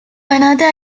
another